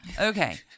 Okay